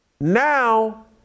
Now